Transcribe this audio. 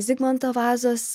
zigmanto vazos